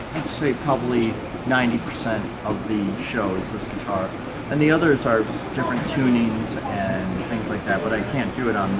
i'd say probably ninety percent of the show is this guitar and the others are different tunings and things like that but i can't do it